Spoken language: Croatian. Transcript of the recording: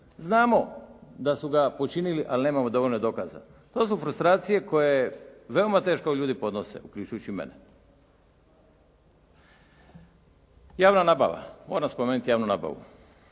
znamo da su ga počinili, ali nemamo dovoljno dokaza. To su frustracije koje veoma teško ljudi podnose, uključujući i mene. Javna nabava. Moram spomenuti javnu nabavu.